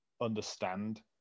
understand